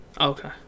Okay